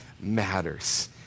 matters